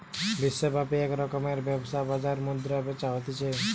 বিশ্বব্যাপী এক রকমের ব্যবসার বাজার মুদ্রা বেচা হতিছে